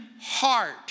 heart